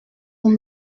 vous